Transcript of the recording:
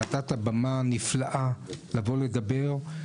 נתת במה נפלאה לבוא לדבר.